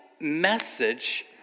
message